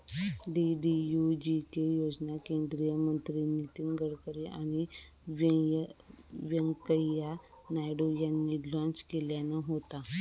DDUGK योजना केंद्रीय मंत्री नितीन गडकरी आणि व्यंकय्या नायडू यांनी लॉन्च केल्यान होता